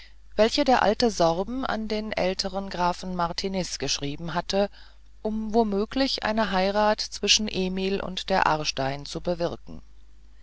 welche der alte sorben an den älteren grafen martiniz geschrieben hatte um womöglich eine heirat zwischen emil und der aarstein zu bewirken